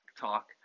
talk